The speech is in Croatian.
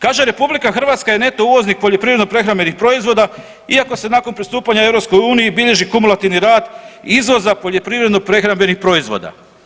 Kaže RH je neto uvoznik poljoprivredno prehrambenih proizvoda iako se nakon pristupanja EU bilježi kumulativni rad izvoza poljoprivredno prehrambenih proizvoda.